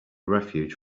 refuge